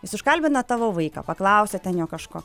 jis užkalbina tavo vaiką paklausia ten jo kažko